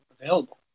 available